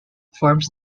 forms